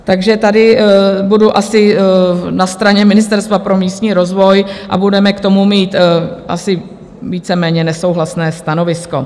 Takže tady budu asi na straně Ministerstva pro místní rozvoj a budeme k tomu mít asi víceméně nesouhlasné stanovisko.